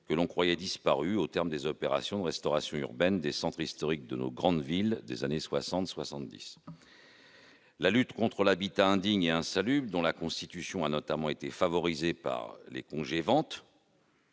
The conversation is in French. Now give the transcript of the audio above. que l'on croyait disparu au terme des opérations de restauration urbaine des centres historiques de nos grandes villes des années soixante et soixante-dix. La lutte contre l'habitat indigne et insalubre, dont la constitution a notamment été favorisée par les congés